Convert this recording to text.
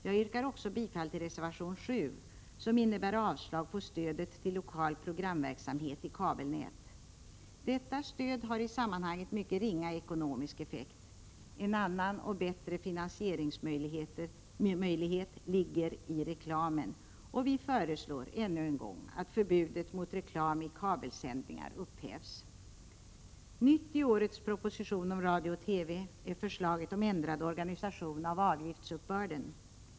Jag yrkar också bifall till reservation 7, som innebär avslag på förslaget om stöd till lokal programverksamhet i kabelnät. Detta stöd har i sammanhanget mycket ringa ekonomisk effekt. En annan och bättre finansieringsmöjlighet ligger i reklamen, och vi föreslår ännu en gång att förbudet mot reklam i kabelsändningar upphävs. Nytt i årets proposition om radio och TV är förslaget om ändrad organisation av avgiftsuppbörden.